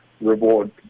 reward